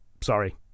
Sorry